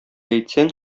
әйтсәң